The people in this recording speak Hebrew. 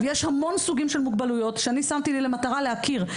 יש המון סוגים של מוגבלויות שאני שמתי לי למטרה להכיר,